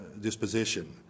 disposition